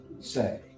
say